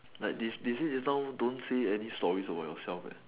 like they say they say just now don't say any stories about yourself eh